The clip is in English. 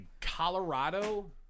Colorado